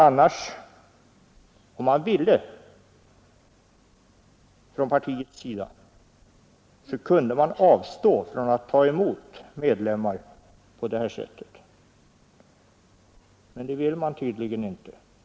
Om man bara ville så skulle man kunna avstå från att ta emot medlemmar på det här sättet.